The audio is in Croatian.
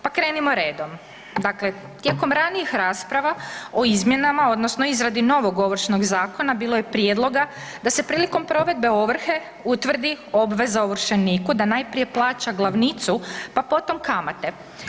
Pa krenimo redom, dakle, tijekom ranijih rasprava, o izmjenama odnosno izradi novog Ovršnog zakona bilo je prijedloga da se prilikom provedbe ovrhe utvrdi obveza ovršeniku da najprije plaća glavnicu pa potom kamate.